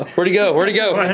ah where'd he go, where'd he go?